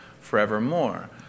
forevermore